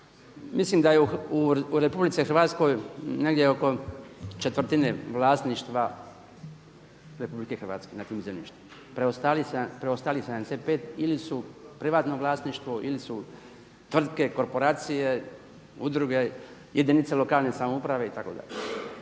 mislim da je u Republici Hrvatskoj negdje oko četvrtine vlasništva Republike Hrvatske na tim zemljištima. Preostalih 75 ili su privatno vlasništvo ili su tvrtke, korporacije, udruge, jedinice lokalne samouprave itd.